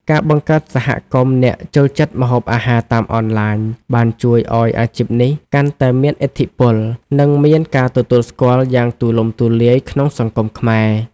ការបង្កើតសហគមន៍អ្នកចូលចិត្តម្ហូបអាហារតាមអនឡាញ បានជួយឱ្យអាជីពនេះកាន់តែមានឥទ្ធិពល និងមានការទទួលស្គាល់យ៉ាងទូលំទូលាយក្នុងសង្គមខ្មែរ។